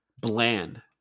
bland